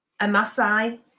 Amasai